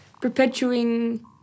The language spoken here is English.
perpetuating